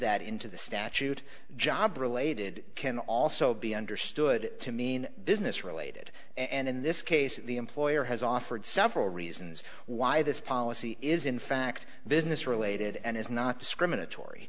that into the statute job related can also be understood to mean business related and in this case the employer has offered several reasons why this policy is in fact business related and is not discriminatory